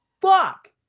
fuck